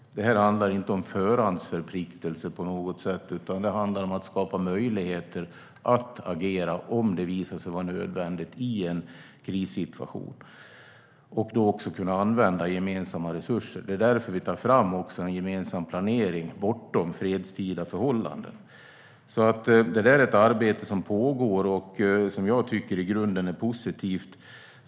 Det handlar inte på något sätt om förhandsförpliktelser, utan det handlar om att skapa möjligheter att agera om det visar sig vara nödvändigt i en krissituation och då också kunna använda gemensamma resurser. Det är därför vi tar fram en gemensam planering bortom fredstida förhållanden. Det här är alltså ett arbete som pågår och som jag tycker är i grunden positivt.